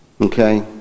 okay